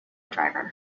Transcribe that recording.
driver